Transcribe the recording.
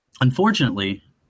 Unfortunately